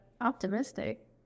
optimistic